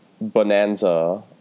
bonanza